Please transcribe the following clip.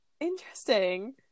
interesting